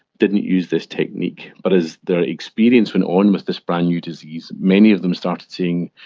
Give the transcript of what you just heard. didn't use this technique, but as their experience went on with this brand-new disease, many of them started saying,